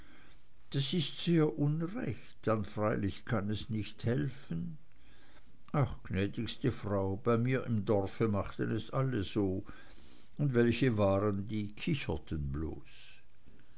das ist sehr unrecht dann freilich kann es nicht helfen ach gnädigste frau bei mir im dorf machten es alle so und welche waren die kicherten bloß